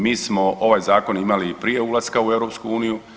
Mi smo ovaj zakon imali i prije ulaska u EU.